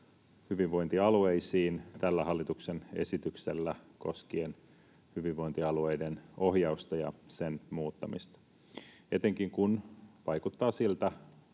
hyvinvointialueisiin tällä hallituksen esityksellä koskien hyvinvointialueiden ohjausta ja sen muuttamista, etenkin kun kahden